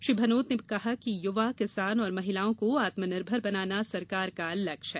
श्री भनोट ने कहा कि युवा किसान और महिलाओं को आत्मनिर्भर बनाना सरकार का लक्ष्य है